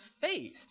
faith